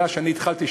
מאז התחלתי,